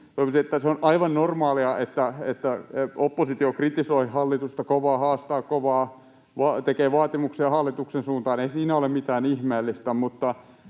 se on aivan normaalia, että oppositio kritisoi hallitusta kovaa, haastaa kovaa, tekee vaatimuksia hallituksen suuntaan. Ei siinä ole mitään ihmeellistä,